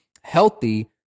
healthy